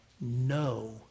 no